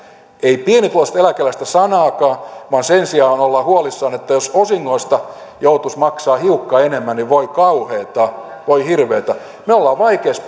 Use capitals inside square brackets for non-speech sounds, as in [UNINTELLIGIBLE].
ei pienituloisista eläkeläisistä sanaakaan vaan sen sijaan ollaan huolissaan että jos osingoista joutuisi maksamaan hiukan enemmän niin voi kauheata voi hirveätä me olemme vaikeassa [UNINTELLIGIBLE]